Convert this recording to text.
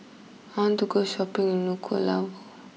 I want to go Shopping in Nuku'alofa